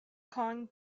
kong